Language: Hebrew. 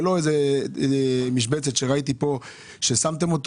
ולא רק איזה משבצת אחת ששמו פה.